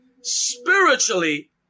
spiritually